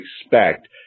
expect